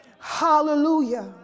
Hallelujah